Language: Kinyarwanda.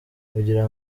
kugira